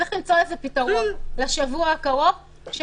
צריך למצוא לזה פתרון לשבוע הקרוב כדי